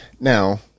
Now